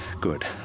good